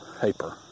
paper